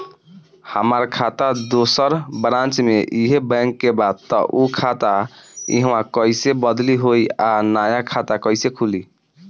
हमार खाता दोसर ब्रांच में इहे बैंक के बा त उ खाता इहवा कइसे बदली होई आ नया खाता कइसे खुली?